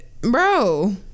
bro